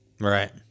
Right